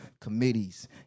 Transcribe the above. committees